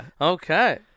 Okay